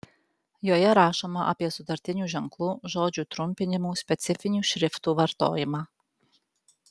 joje rašoma apie sutartinių ženklų žodžių trumpinimų specifinių šriftų vartojimą